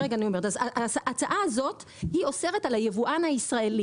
ההצעה הזאת אוסרת על היבואן הישראלי